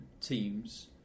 teams